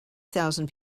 thousand